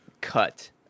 cut